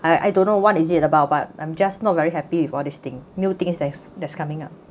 I I don't know what is it about but I'm just not very happy with all this thing new things that that's coming up